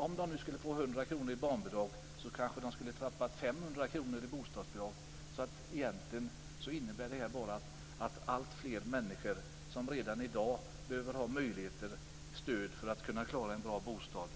Om de skulle få 100 kr i barnbidrag skulle de kanske tappa 500 kr i bostadsbidrag. Egentligen innebär det bara att alltfler människor som redan i dag behöver ha stöd för att kunna klara en bra bostad